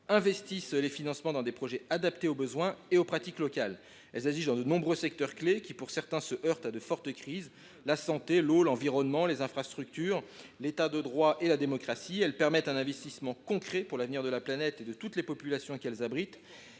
investissent les financements dans des projets adaptés aux besoins et aux pratiques locales. Elles agissent dans de nombreux secteurs clés qui, pour certains, se heurtent à de fortes crises, comme la santé, l’eau, l’environnement, les infrastructures, l’état de droit et la démocratie. Elles permettent un investissement concret pour l’avenir de la planète et de toutes les populations qu’elles abritent.